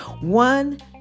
One